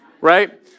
right